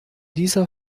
dieser